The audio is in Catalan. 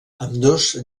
ambdós